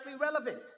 relevant